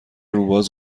روباز